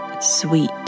sweet